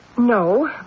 No